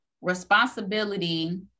responsibility